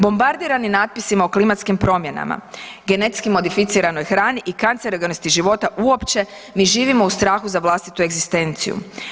Bombardiranim natpisima o klimatskim promjenama, genetski modificiranoj hrani i kancerogenosti života uopće, mi živimo u strahu za vlastitu egzistenciju.